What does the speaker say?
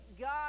God